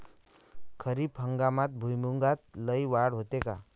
खरीप हंगामात भुईमूगात लई वाढ होते का?